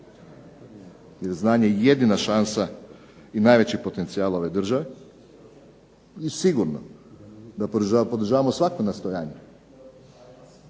Jer znanje je jedina šansa i najveći potencijal ove države. I sigurno da podržavamo svako nastojanje,